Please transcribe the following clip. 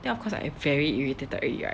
then of course I am very irritated already right